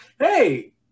hey